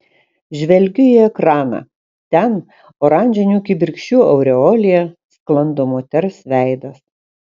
žvelgiu į ekraną ten oranžinių kibirkščių aureolėje sklando moters veidas